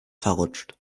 verrutscht